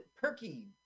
Perky